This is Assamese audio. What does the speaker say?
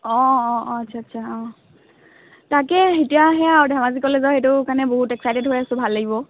অঁ অঁ অঁ আচ্ছা আচ্ছা অঁ তাকে এতিয়া সেয়া আৰু ধেমাজি কলেজৰ সেইটোৰ কাৰণে বহুত এক্সাইটেড হৈ আছো ভাল লাগিব